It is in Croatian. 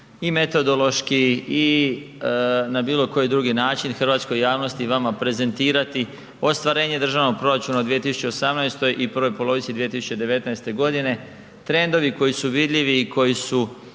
i metodološki i na bilo koji drugi način hrvatskoj javnosti i vama prezentirati ostvarenje državnog proračuna u 2018. i u prvoj polovici 2019.g., trendovi koji su vidljivi i koji su